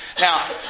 Now